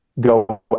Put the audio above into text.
go